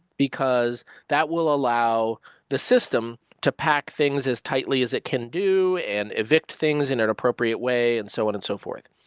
because that will allow the system to pack things as tightly as it can do and evict things in an appropriate way and so on and so forth.